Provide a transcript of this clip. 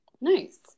Nice